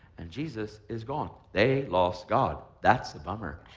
and jesus is gone. they lost god. that's the bummer.